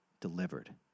delivered